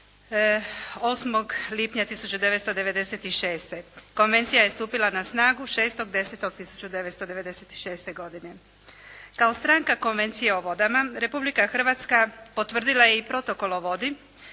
8. lipnja 1996. Konvencija je stupila na snagu 6.10.1996. godine. Kao stranka Konvencije o vodama Republika Hrvatska potvrdila je i Protokol o vodi